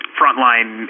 frontline